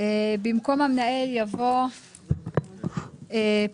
במקום "שהקצה" יבוא "שסיפק".